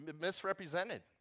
misrepresented